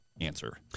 answer